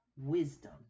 wisdom